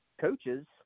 coaches –